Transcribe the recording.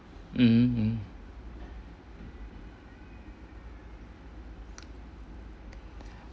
mmhmm mmhmm